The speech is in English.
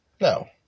No